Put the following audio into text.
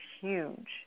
huge